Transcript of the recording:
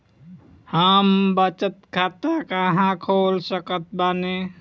हम बचत खाता कहां खोल सकत बानी?